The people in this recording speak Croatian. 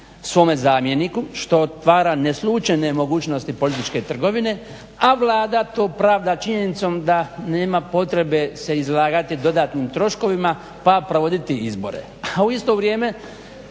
svome zamjeniku što ne otvara slučajne mogućnosti političke trgovine a Vlada to pravda činjenicom da nema potrebe se izlagati dodatnim troškovima pa provoditi izbore,